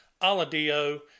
Aladio